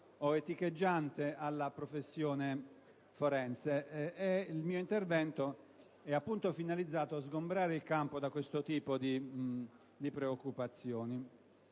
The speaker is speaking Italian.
o eticheggiante alla professione forense, e il mio intervento è appunto finalizzato a sgombrare il campo da questo tipo di preoccupazioni.